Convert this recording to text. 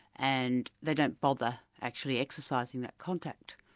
and they don't bother actually exercising that contact.